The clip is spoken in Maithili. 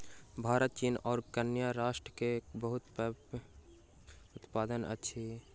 भारत चीन आ केन्या राष्ट्र चाय के बहुत पैघ उत्पादक अछि